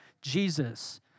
Jesus